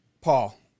Paul